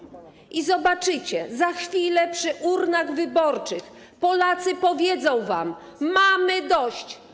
I zobaczycie, że za chwilę przy urnach wyborczych Polacy powiedzą wam: mamy dość.